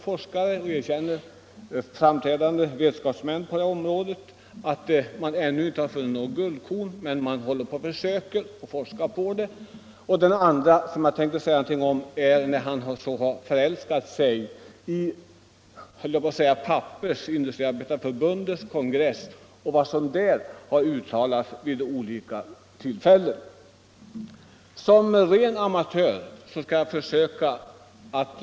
Framträdande vetenskapsmän erkänner också att man ännu inte har funnit något guldkorn, men man håller på att forska på området. Det andra som jag tänkte säga någonting om är Pappersindustriarbetareförbundets kongress och vad som där har uttalats vid olika tillfällen — något som herr Lorentzon tycks ha förälskat sig i.